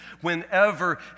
whenever